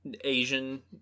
Asian